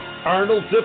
Arnold